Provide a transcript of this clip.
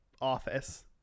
office